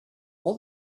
all